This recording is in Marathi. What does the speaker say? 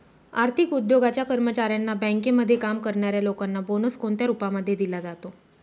आर्थिक उद्योगाच्या कर्मचाऱ्यांना, बँकेमध्ये काम करणाऱ्या लोकांना बोनस कोणत्या रूपामध्ये दिला जातो?